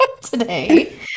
today